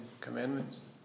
Commandments